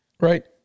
Right